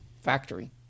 factory